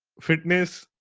fitness,